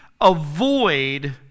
avoid